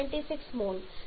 76 mole જે 4